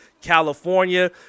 California